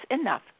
enough